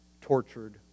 tortured